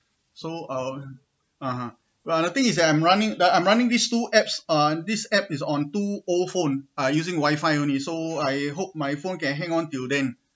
so uh (uh huh) the thing is that I'm running I'm running these two apps uh these app is on two old phone uh using wifi only so I hope my phone can hang on till then